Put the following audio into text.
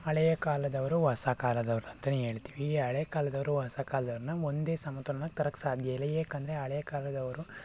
ಹಳೆಯ ಕಾಲದವರು ಹೊಸ ಕಾಲದವರು ಅಂತಲೇ ಹೇಳ್ತೀವಿ ಈ ಹಳೆ ಕಾಲದವರು ಹೊಸ ಕಾಲದವ್ರನ್ನ ಒಂದೇ ಸಮತೋಲನಕ್ಕೆ ತರೋಕೆ ಸಾಧ್ಯ ಇಲ್ಲ ಏಕೆಂದರೆ ಹಳೆ ಕಾಲದವರು